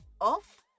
off